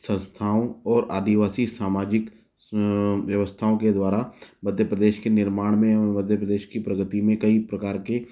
संस्थाओं और आदिवासी सामाजिक व्यवस्थाओं के द्वारा मध्य प्रदेश के निर्माण में मध्य प्रदेश की प्रगति में कई प्रकार के